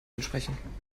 entsprechen